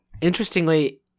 interestingly